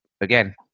again